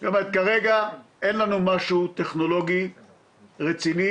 היא אומרת שכרגע אין לנו משהו טכנולוגי רציני,